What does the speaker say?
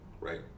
right